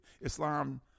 Islam